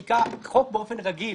חוק באופן רגיל